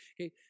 Okay